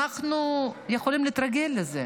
אנחנו יכולים להתרגל לזה.